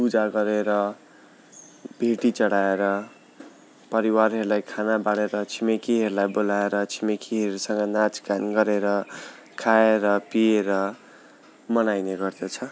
पूजा गरेर भेटी चढाएर परिवारहरूलाई खाना बाँढेर छिमेकीहरूलाई बोलाएर छिमेकीहरूसँग नाँच गान गरेर खाएर पिएर मनाइने गर्दछ